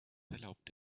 erlaubt